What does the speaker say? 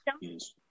Yes